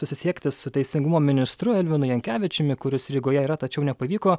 susisiekti su teisingumo ministru elvinu jankevičiumi kuris rygoje yra tačiau nepavyko